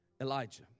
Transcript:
Elijah